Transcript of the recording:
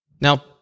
Now